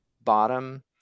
bottom